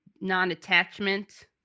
non-attachment